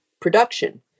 production